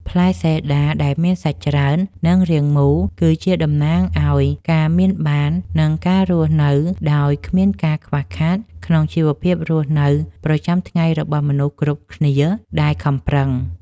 ផ្លែសេដាដែលមានសាច់ច្រើននិងរាងមូលគឺជាតំណាងឱ្យការមានបាន និង ការរស់នៅដោយគ្មានការខ្វះខាតក្នុងជីវភាពរស់នៅប្រចាំថ្ងៃរបស់មនុស្សគ្រប់គ្នាដែលខំប្រឹង។